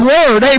Word